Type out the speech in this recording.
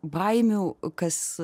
baimių kas